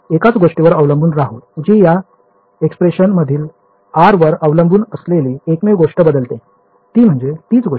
तर आपण या एकाच गोष्टीवर अवलंबून राहू जी या एक्स्प्रेशन मधील r वर अवलंबून असलेली एकमेव गोष्ट बदलते ती म्हणजे तीच गोष्ट